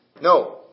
No